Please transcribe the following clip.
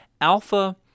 Alpha